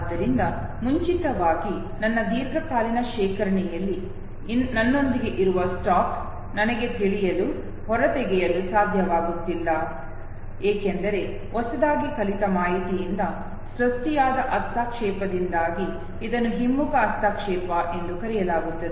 ಆದ್ದರಿಂದ ಮುಂಚಿತವಾಗಿ ನನ್ನ ದೀರ್ಘಕಾಲೀನ ಶೇಖರಣೆಯಲ್ಲಿ ನನ್ನೊಂದಿಗೆ ಇರುವ ಸ್ಟಾಕ್ ನನಗೆ ತಿಳಿಯಲು ಹೊರತೆಗೆಯಲು ಸಾಧ್ಯವಾಗುತ್ತಿಲ್ಲ ಏಕೆಂದರೆ ಹೊಸದಾಗಿ ಕಲಿತ ಮಾಹಿತಿಯಿಂದ ಸೃಷ್ಟಿಯಾದ ಹಸ್ತಕ್ಷೇಪದಿಂದಾಗಿ ಇದನ್ನು ಹಿಮ್ಮುಖ ಹಸ್ತಕ್ಷೇಪ ಎಂದು ಕರೆಯಲಾಗುತ್ತದೆ